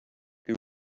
who